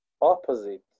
opposite